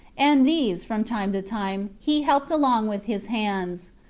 and these, from time to time, he helped along with his hands.